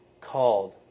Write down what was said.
called